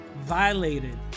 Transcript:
violated